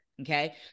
Okay